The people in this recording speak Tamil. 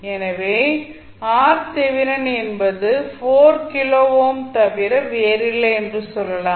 எனவே என்பது 4 கிலோ ஓம் தவிர வேறில்லை என்று சொல்லலாம்